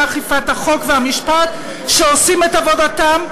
אכיפת החוק והמשפט שעושים את עבודתם,